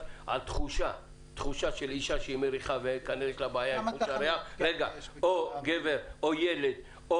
על תחושה של אישה שהיא מריחה ויש לה בעיה או גבר או ילד,